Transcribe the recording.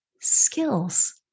Skills